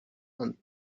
and